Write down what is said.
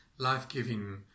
life-giving